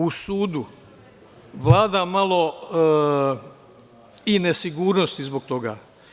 U sudu vlada malo i nesigurnosti zbog toga.